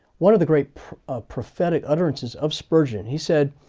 one of the great ah prophetic utterances of spurgeon, he said,